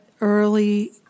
early